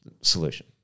solution